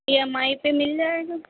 E M I پہ مل جائے گا